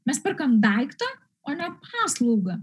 mes perkam daiktą o ne paslaugą